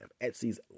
Etsy's